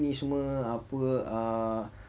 ni semua apa ah